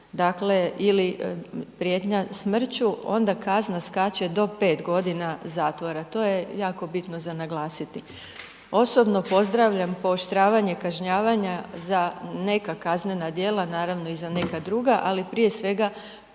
oruđem ili prijetnja smrću, onda kazna skače do 5 g. zatvora. To je jako bitno za naglasiti. Osobno pozdravljam pooštravanje kažnjavanja za neka kaznena djela naravno, i za neka druga ali prije svega,